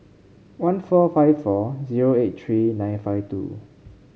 one four five four zero eight three nine five two